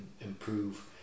improve